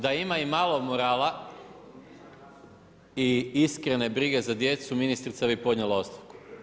Da ima i malo morala i iskrene brige za djecu, ministrica bi podnijela ostavku.